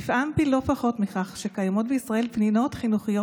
נפעמתי לא פחות מכך שקיימות בישראל פנינים חינוכיות